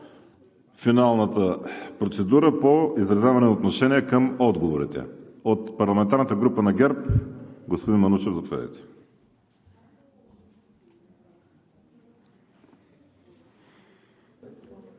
финалната процедура по изразяване на отношение към отговорите. От парламентарната група на ГЕРБ – господин Манушев, заповядайте.